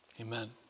amen